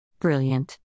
Brilliant